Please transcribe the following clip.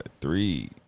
three